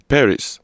Paris